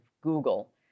Google